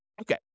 Okay